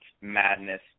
madness